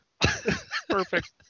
Perfect